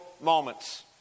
moments